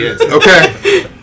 Okay